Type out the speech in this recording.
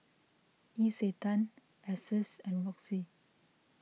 Isetan Asus and Roxy